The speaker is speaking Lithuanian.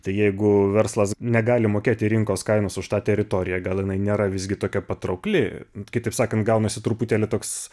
tai jeigu verslas negali mokėti rinkos kainos už tą teritoriją gal jinai nėra visgi tokia patraukli kitaip sakant gaunasi truputėlį toks